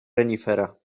renifera